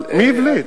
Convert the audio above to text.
מי הבליט?